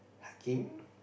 Hakim